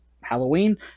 Halloween